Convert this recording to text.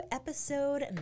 episode